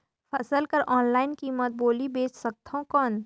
फसल कर ऑनलाइन कीमत बोली बेच सकथव कौन?